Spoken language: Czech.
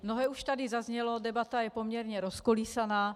Mnohé už tady zaznělo, debata je poměrně rozkolísaná.